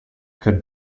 could